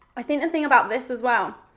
i think the thing about this as well.